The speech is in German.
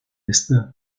liste